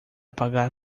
pagar